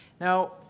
Now